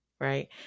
right